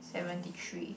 seventy three